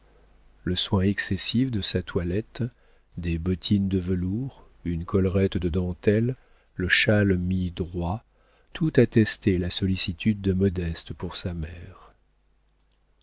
le soin excessif de sa toilette des bottines de velours une collerette de dentelles le châle mis droit tout attestait la sollicitude de modeste pour sa mère